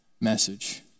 message